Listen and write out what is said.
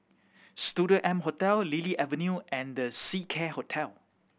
Studio M Hotel Lily Avenue and The Seacare Hotel